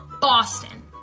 Boston